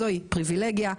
זוהי פריבילגיה,